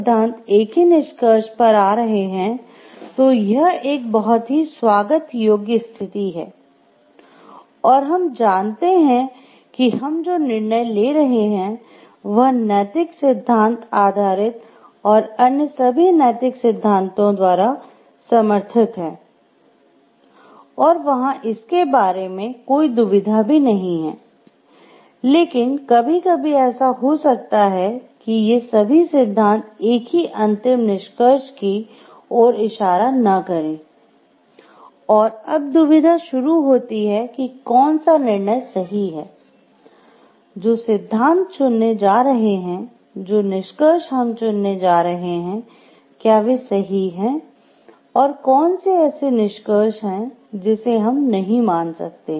गुण नैतिकता शुरू होती है कि कौन सा निर्णय सही है जो सिद्धांत चुनने जा रहे हैं जो निष्कर्ष हम चुनने जा रहे हैं क्या वे सही हैं और कौन से ऐसे निष्कर्ष हैं जिसे हम नहीं मान सकते